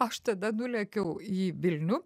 aš tada nulėkiau į vilnių